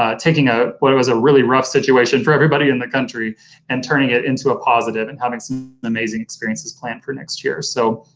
um taking ah what was a really rough situation for everybody in the country and turning it into a positive, and having some amazing experiences planned for next year. so,